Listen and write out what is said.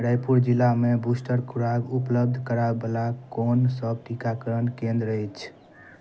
रायपुर जिलामे बूस्टर खुराक ऊपलब्ध कराबय बला कोन सभ टीकाकरण केन्द्र अछि